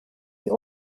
die